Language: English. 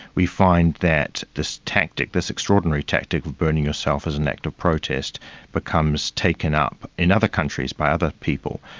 we find that this tactic, this extraordinary tactic of burning yourself as an act of protest becomes taken up in other countries by other people.